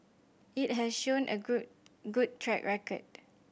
it has shown a good good track record